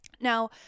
Now